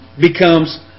becomes